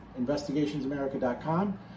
investigationsamerica.com